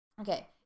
Okay